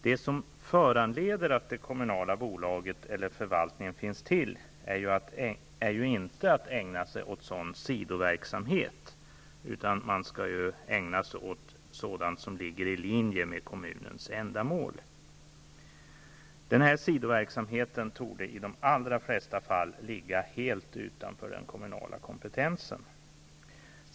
Det som föranleder att det kommunala bolaget eller förvaltningen finns till är ju inte att man skall ägna sig åt sådan sidoverksamhet, utan man skall ägna sig åt sådant som ligger i linje med kommunens ändamål. Denna sidoverksamhet torde i de allra flesta fall ligga helt utanför den kommunala kompetensen.